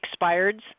expireds